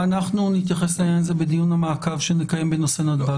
אנחנו נתייחס לעניין הזה בדיון המעקב שנקיים בנושא נתב"ג.